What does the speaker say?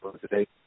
today